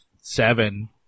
seven